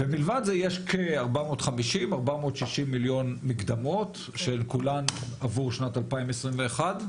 מלבד זה יש כ-450 460 מיליון מקדמות שהן כולן עבור שנת 2021?